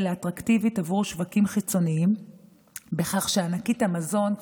לאטרקטיבית עבור שווקים חיצוניים בכך שענקית המזון קרפור,